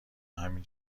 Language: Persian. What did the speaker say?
همین